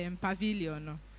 pavilion